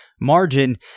margin